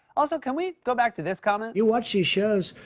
also, can we go back to this comment? you watch these shows,